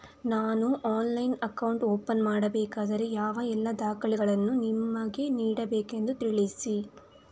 ನಾನು ಆನ್ಲೈನ್ನಲ್ಲಿ account open ಮಾಡಬೇಕಾದರೆ ಯಾವ ಎಲ್ಲ ದಾಖಲೆಗಳನ್ನು ನಿಮಗೆ ನೀಡಬೇಕೆಂದು ತಿಳಿಸಿ?